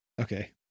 Okay